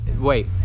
wait